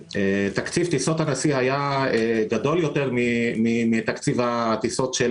תקציב טיסות הנשיא היה גדול יותר מתקציב הטיסות של